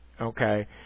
okay